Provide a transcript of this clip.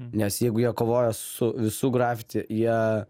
nes jeigu jie kovoja su visu grafiti jie